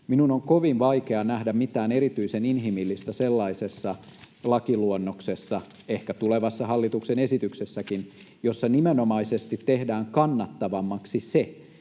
Minun on kovin vaikea nähdä mitään erityisen inhimillistä sellaisessa lakiluonnoksessa, ehkä tulevassa hallituksen esityksessäkin, jossa nimenomaisesti tehdään kannattavammaksi se,